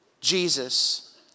Jesus